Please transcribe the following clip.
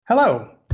Hello